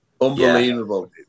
Unbelievable